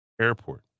airport